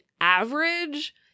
average